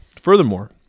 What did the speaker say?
Furthermore